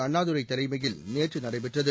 அண்ணாதுரை தலைமையில் நேற்று நடைபெற்றது